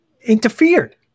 interfered